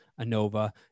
ANOVA